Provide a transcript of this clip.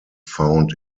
found